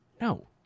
No